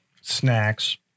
snacks